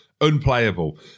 Unplayable